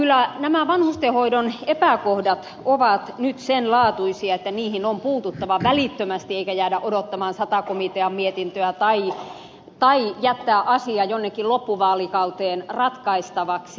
kyllä nämä vanhustenhoidon epäkohdat ovat nyt sen laatuisia että niihin on puututtava välittömästi eikä jäätävä odottamaan sata komitean mietintöä tai jätettävä asia jonnekin loppuvaalikauteen ratkaistavaksi